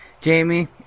Jamie